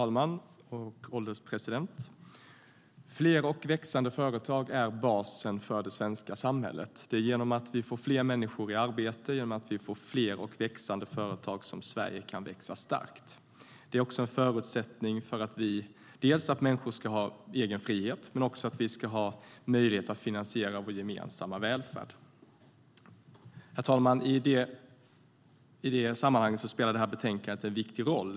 Herr ålderspresident! Fler och växande företag är basen för det svenska samhället. Det är genom att vi får fler människor i arbete och genom att vi får fler och växande företag som Sverige kan växa starkt. Det är också en förutsättning för att människor ska ha egen frihet och för att vi ska ha möjlighet att finansiera vår gemensamma välfärd. Herr ålderspresident! I detta sammanhang spelar betänkandet en viktig roll.